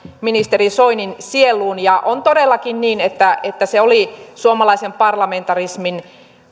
ministeri soinin sieluun on todellakin niin että että se oli suomalaisen parlamentarismin